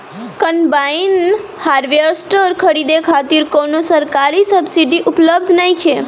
Combine harvester खरीदे खातिर कउनो सरकारी सब्सीडी उपलब्ध नइखे?